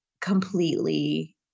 completely